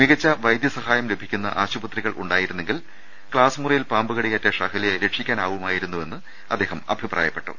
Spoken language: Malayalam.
മികച്ച വൈദ്യസഹായം ലഭിക്കുന്ന ആശുപത്രികൾ ഉണ്ടായിരുന്നെങ്കിൽ ക്ലാസ്മു റിയിൽ പാമ്പുകടിയേറ്റ ഷഹ്ലയെ രക്ഷിക്കാനാവുമായിരുന്നെന്ന് അദ്ദേഹം അഭിപ്രായപ്പെട്ടു